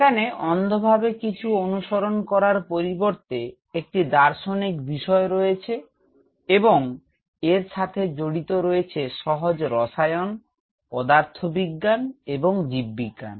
সেখানে অন্ধভাবে কিছু অনুসরণ করার পরিবর্তে একটি দার্শনিক বিষয় রয়েছে এবং এর সাথে জড়িত রয়েছে সহজ রসায়ন পদার্থবিজ্ঞান এবং জীববিজ্ঞান